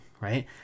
Right